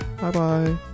Bye-bye